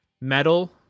metal